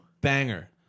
Banger